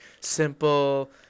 simple